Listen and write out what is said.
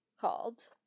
called